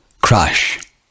Crash